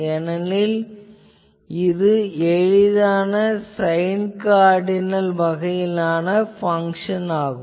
ஏனெனில் இது எளிதான சைன் கார்டினல் வகையிலான பங்ஷன் ஆகும்